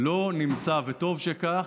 לא נמצא, וטוב שכך,